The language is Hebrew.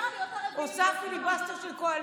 עושה פיליבסטר של קואליציה,